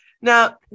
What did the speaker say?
Now